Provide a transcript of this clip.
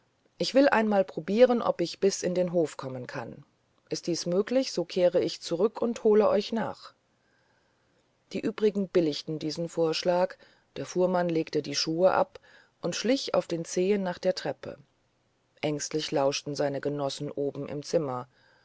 ich will einmal probieren ob ich bis in den hof kommen kann ist dies möglich so kehre ich zurück und hole euch nach die übrigen billigten diesen vorschlag der fuhrmann legte die schuhe ab und schlich auf den zehen nach der treppe ängstlich lauschten seine genossen oben im zimmer